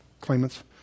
claimants